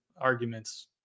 arguments